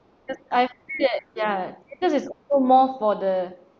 because I feel that ya because is more for the